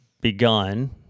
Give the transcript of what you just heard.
begun